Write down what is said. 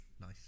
nice